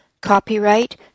Copyright